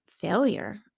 failure